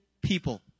people